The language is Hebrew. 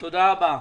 תודה רבה.